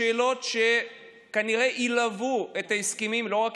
השאלות שכנראה ילוו את ההסכמים לא רק